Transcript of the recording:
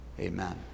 Amen